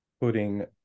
putting